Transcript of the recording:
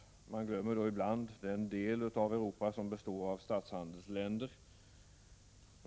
Man glömmer då ibland den del av Europa som består av statshandelsländer.